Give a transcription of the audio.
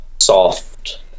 soft